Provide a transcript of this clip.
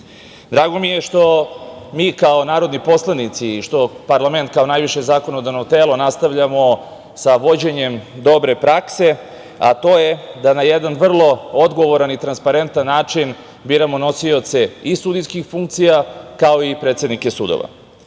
mi je što mi kao narodni poslanici i što parlament, kao najviše zakonodavno telo, nastavljamo sa vođenjem dobre prakse, a to je da na jedan vrlo odgovoran i transparentan način biramo nosioce i sudijskih funkcija, kao i predsednike sudova.